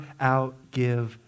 outgive